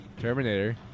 Terminator